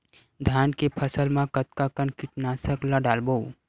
धान के फसल मा कतका कन कीटनाशक ला डलबो?